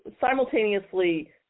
simultaneously